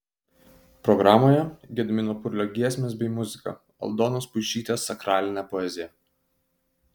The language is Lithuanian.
programoje gedimino purlio giesmės bei muzika aldonos puišytės sakralinė poezija